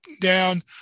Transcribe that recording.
down